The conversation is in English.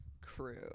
crew